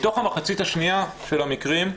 מתוך המחצית השנייה של המקרים,